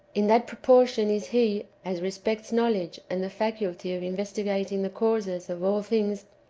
in that proportion is he, as respects knowledge and the faculty of investigating the causes of all thincjs,